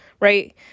right